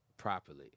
Properly